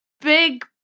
big